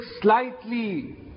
slightly